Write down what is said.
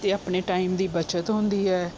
ਅਤੇ ਆਪਣੇ ਟਾਈਮ ਦੀ ਬੱਚਤ ਹੁੰਦੀ ਹੈ